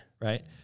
Right